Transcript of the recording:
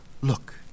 Look